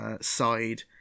side